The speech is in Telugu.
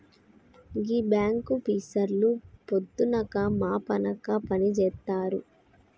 గీ బాంకాపీసర్లు పొద్దనక మాపనక పనిజేత్తరు